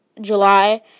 July